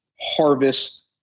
harvest